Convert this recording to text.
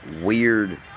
Weird